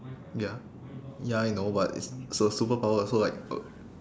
ya ya I know but it's it's a superpower so like uh